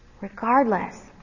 Regardless